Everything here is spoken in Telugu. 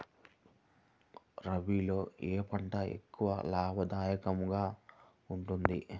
రబీలో ఏ పంట ఎక్కువ లాభదాయకంగా ఉంటుంది?